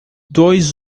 dois